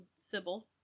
Sybil